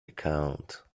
account